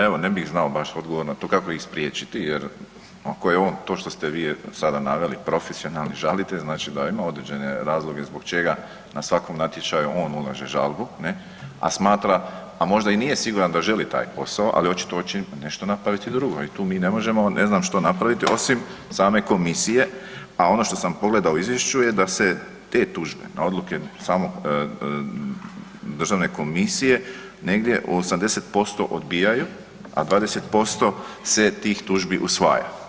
Evo, ne bih znao baš odgovor na to kako ih spriječiti jer ako je on, to što ste vi sada naveli, profesionalni žalitelj, znači da ima određene razloge zbog čega na svakom natječaju on ulaže žalbu, a smatra, a možda i nije siguran da želi taj posao, ali očito hoće nešto napraviti drugo i tu mi ne možemo ne znam što napraviti osim same Komisije, a ono što sam pogledao u Izvješću je da se te tužbe na odluke samog, Državne komisije negdje 80% odbijaju, a 20% se tih tužbi usvaja.